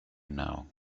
now